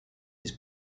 his